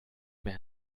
mehr